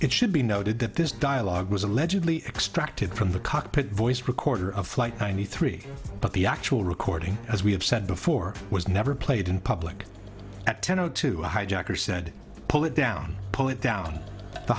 it should be noted that this dialogue was allegedly extracted from the cockpit voice recorder of flight ninety three but the actual recording as we have said before was never played in public at ten o two a hijacker said pull it down pull it down the